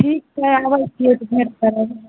ठीक छै आबैत छियै तऽ भेट करब